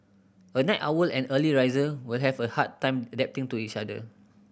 a night owl and early riser will have a hard time adapting to each other